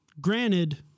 granted